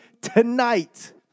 tonight